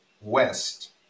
west